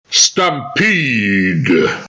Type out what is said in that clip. Stampede